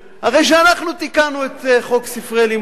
הרי שאנחנו תיקנו את חוק ספרי לימוד,